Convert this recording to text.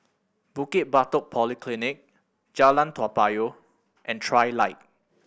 Bukit Batok Polyclinic Jalan Toa Payoh and Trilight